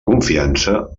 confiança